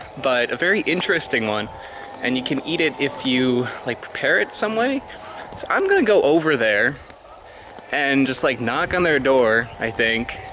but a very interesting one and you can eat it if you like prepare it some way so i'm gonna go over there and just like knock on their door. i think